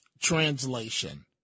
Translation